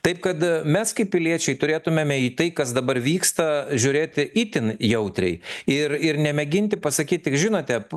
taip kad mes kaip piliečiai turėtumėme į tai kas dabar vyksta žiūrėti itin jautriai ir ir nemėginti pasakyt tik žinote p